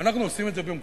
אנחנו עושים את זה במקומך.